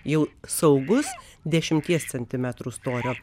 jau saugus dešimties centimetrų storio